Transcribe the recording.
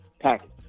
package